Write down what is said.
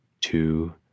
two